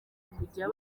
kujya